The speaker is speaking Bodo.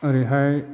ओरैहाय